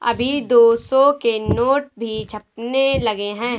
अभी दो सौ के नोट भी छपने लगे हैं